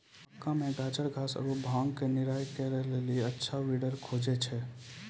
मक्का मे गाजरघास आरु भांग के निराई करे के लेली अच्छा वीडर खोजे छैय?